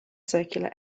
circular